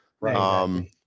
right